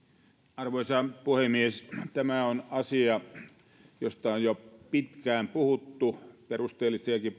arvoisa puhemies tämä on asia josta on jo pitkään puhuttu perusteellisiakin